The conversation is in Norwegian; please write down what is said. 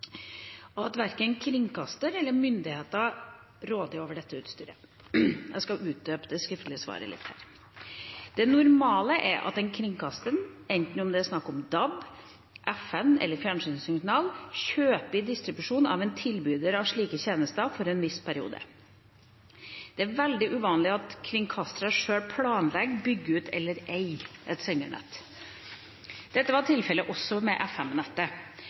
og at verken kringkaster eller myndigheter råder over dette utstyret. Jeg skal utdype det skriftlige svaret litt. Det normale er at en kringkaster, enten det er snakk om DAB, FM eller fjernsynssignal, kjøper distribusjon av en tilbyder av slike tjenester for en viss periode. Det er veldig uvanlig at kringkastere sjøl planlegger, bygger ut eller eier et sendernett. Dette var tilfellet også med